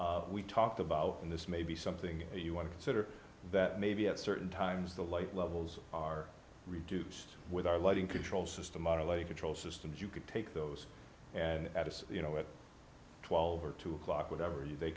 we talked about and this may be something you want to consider that maybe at certain times the light levels are reduced with our lighting control system our late control systems you could take those out as you know with twelve or two o'clock whatever they